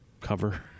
cover